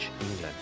England